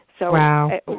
Wow